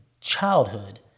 childhood